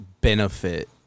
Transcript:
benefit